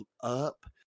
up